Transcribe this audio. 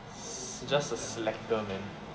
just a slacker man